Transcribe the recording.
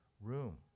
room